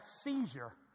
seizure